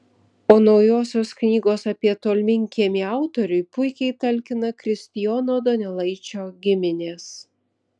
o naujosios knygos apie tolminkiemį autoriui puikiai talkina kristijono donelaičio giminės